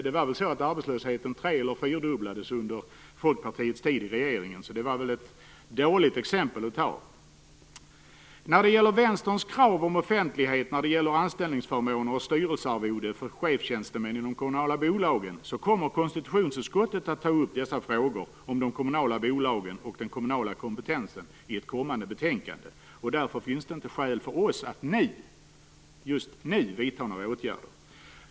Det var väl så att arbetslösheten tre eller fyrfaldigades under folkpartiets tid i regeringen, så det var väl ett dåligt exempel. Vänstern har ställt krav på offentlighet när det gäller anställningsförmåner och styrelsearvoden för chefstjänstemän inom de kommunala bolagen. Konstitutionsutskottet kommer att ta upp frågorna om de kommunala bolagen och den kommunala kompetensen i ett kommande betänkande. Därför finns det inte skäl för oss att just nu vidta några åtgärder.